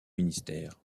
ministère